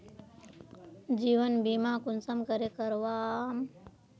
जीवन बीमा कुंसम करे करवाम?